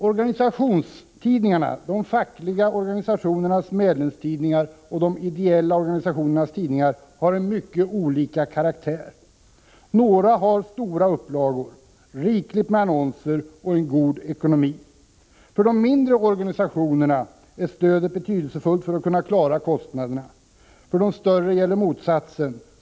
Organisationstidningarna, dvs. de fackliga organisationernas medlemstidningar och de ideella organisationernas tidningar, har mycket olika karaktär. Några har stora upplagor, rikligt med annonser och en god ekonomi. För de mindre organisationerna är stödet betydelsefullt om de skall kunna klara kostnaderna. För de större gäller motsatsen.